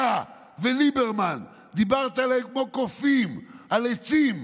אתה וליברמן דיברת אליהם כעל קופים על עצים.